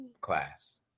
class